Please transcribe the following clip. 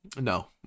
No